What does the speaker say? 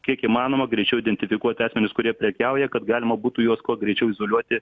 kiek įmanoma greičiau identifikuoti asmenis kurie prekiauja kad galima būtų juos kuo greičiau izoliuoti